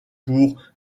pour